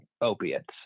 opiates